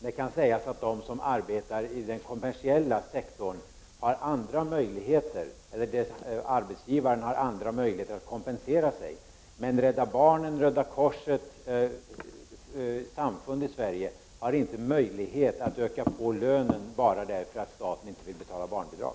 Det kan sägas att arbetsgivaren inom den kommersiella sektorn har andra möjligheter att kompensera sig. Men Rädda barnen, Röda korset och olika samfund i Sverige har inte möjlighet att öka på lönen bara för att staten inte vill betala barnbidrag.